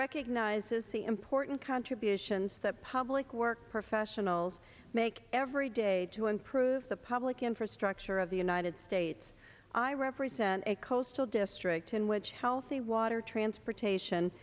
recognizes the important contributions that public work professionals make every day to improve the public infrastructure of the united states i represent a coastal district in which healthy water transportation